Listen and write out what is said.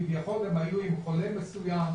שכביכול הם היו עם חולה מסוים,